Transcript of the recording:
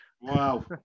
Wow